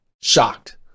shocked